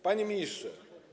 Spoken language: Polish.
Panie Ministrze!